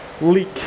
leak